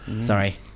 Sorry